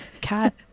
cat